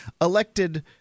elected